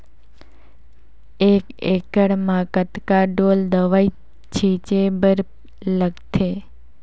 एक एकड़ म कतका ढोल दवई छीचे बर लगथे?